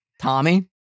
Tommy